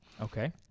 Okay